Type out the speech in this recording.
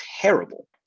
terrible